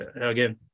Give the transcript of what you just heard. again